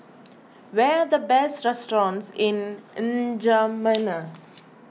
where the best restaurants in N'Djamena